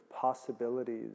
possibilities